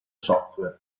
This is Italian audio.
software